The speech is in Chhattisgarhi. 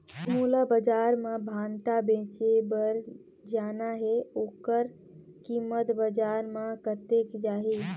मोला बजार मां भांटा बेचे बार ले जाना हे ओकर कीमत बजार मां कतेक जाही?